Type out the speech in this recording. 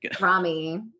Rami